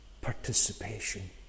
participation